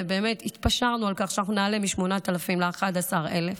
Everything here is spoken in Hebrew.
והתפשרנו על כך שנעלה מ-8,000 שקלים ל-11,000 שקלים.